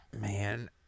Man